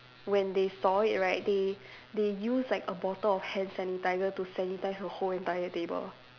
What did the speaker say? when they saw it right they they use like a bottle of hand sanitiser to sanitise the whole entire table